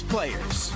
Players